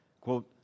quote